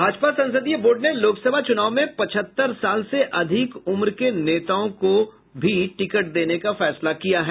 भाजपा संसदीय बोर्ड ने लोकसभा चुनाव में पचहत्तर साल से अधिक उम्र के नेताओं को भी टिकट देने का फैसला किया है